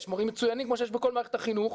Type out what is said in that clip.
יש מורים מצויינים כמו שיש בכל מערכת החינוך,